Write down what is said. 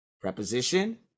preposition